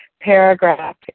paragraph